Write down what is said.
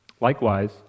Likewise